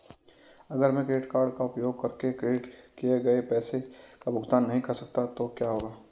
अगर मैं credit card का उपयोग करके क्रेडिट किए गए पैसे का भुगतान नहीं कर सकता तो क्या होगा?